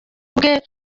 bwe